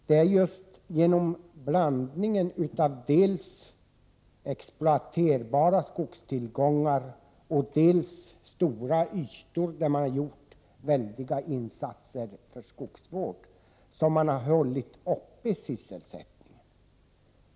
Det är just genom blandningen av dels exploateringsbara skogstillgångar, dels stora ytor där man har gjort väldiga insatser för skogsvård som man har hållit uppe sysselsättningen.